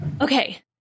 Okay